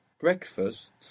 breakfast